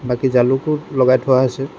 বাকি জালুকো লগাই থোৱা হৈছে